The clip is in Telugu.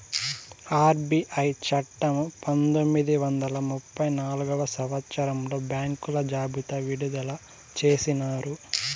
ఆర్బీఐ చట్టము పంతొమ్మిది వందల ముప్పై నాల్గవ సంవచ్చరంలో బ్యాంకుల జాబితా విడుదల చేసినారు